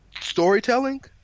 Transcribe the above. storytelling